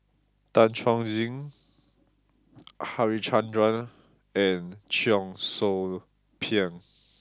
Tan Chuan Jin Harichandra and Cheong Soo Pieng